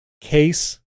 case